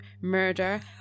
murder